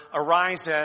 arise